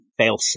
Failsafe